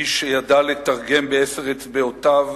איש שידע לתרגם בעשר אצבעותיו